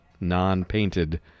non-painted